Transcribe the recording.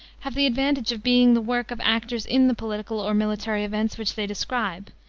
have the advantage of being the work of actors in the political or military events which they describe,